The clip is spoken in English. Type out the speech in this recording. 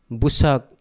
busak